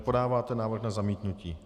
Podáváte návrh na zamítnutí.